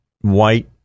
white